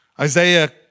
Isaiah